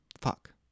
fuck